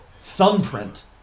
thumbprint